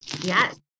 Yes